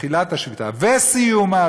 תחילת השביתה וסיומה,